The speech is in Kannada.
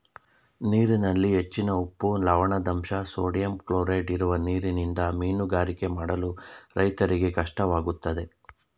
ನೀರಿನಲ್ಲಿ ಹೆಚ್ಚಿನ ಉಪ್ಪು, ಲವಣದಂಶ, ಸೋಡಿಯಂ ಕ್ಲೋರೈಡ್ ಇರುವ ನೀರಿನಿಂದ ಮೀನುಗಾರಿಕೆ ಮಾಡಲು ರೈತರಿಗೆ ಕಷ್ಟವಾಗುತ್ತದೆ